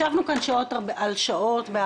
ישבנו בוועדת הכספים שעות על שעות לדון